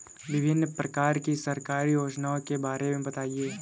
विभिन्न प्रकार की सरकारी योजनाओं के बारे में बताइए?